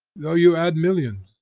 though you add millions,